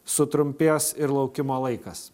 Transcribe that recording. sutrumpės ir laukimo laikas